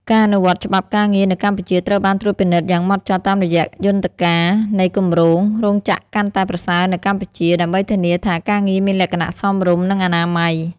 ការអនុវត្តច្បាប់ការងារនៅកម្ពុជាត្រូវបានត្រួតពិនិត្យយ៉ាងហ្មត់ចត់តាមរយៈយន្តការនៃគម្រោង "រោងចក្រកាន់តែប្រសើរនៅកម្ពុជា" ដើម្បីធានាថាការងារមានលក្ខណៈសមរម្យ និងអនាម័យ។